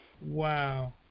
wow